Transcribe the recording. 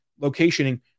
locationing